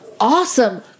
awesome